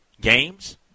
games